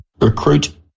recruit